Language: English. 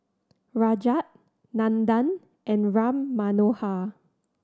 Rajat Nandan and Ram Manohar